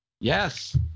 Yes